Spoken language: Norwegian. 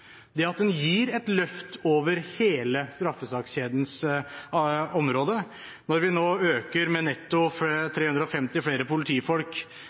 gir et løft over hele straffesakskjedens område når vi nå øker med netto 350 flere politifolk